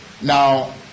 Now